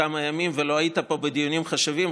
כמה ימים ולא היית פה בדיונים חשובים.